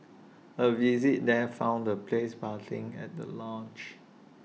A visit there found the place buzzing at the launch